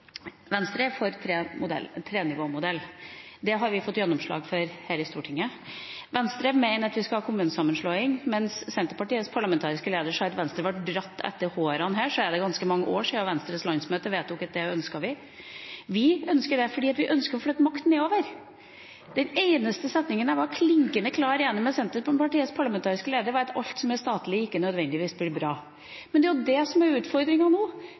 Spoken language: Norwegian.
Venstre er for en trenivåmodell. Det har vi fått gjennomslag for her i Stortinget. Venstre mener at vi skal ha kommunesammenslåing. Senterpartiets parlamentariske leder sa at Venstre var dratt etter håret her, men det er ganske mange år siden Venstres landsmøte vedtok at dette ønsker vi. Vi ønsker det fordi vi ønsker å flytte makt nedover. Den eneste setningen jeg klinkende klart er enig med Senterpartiets parlamentariske leder i, er at alt som er statlig, ikke nødvendigvis blir bra. Det er jo det som er utfordringen nå.